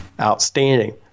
Outstanding